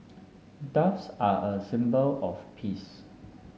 doves are a symbol of peace